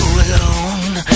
alone